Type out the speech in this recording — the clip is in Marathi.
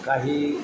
काही